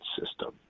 system